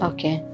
Okay